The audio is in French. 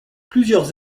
plusieurs